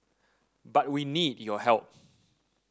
but we need your help